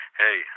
hey